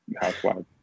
housewives